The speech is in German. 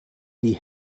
die